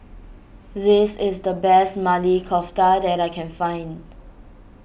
this is the best Maili Kofta that I can find